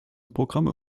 programme